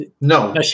no